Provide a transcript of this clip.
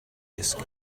gysgu